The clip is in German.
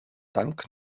dank